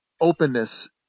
openness